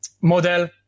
model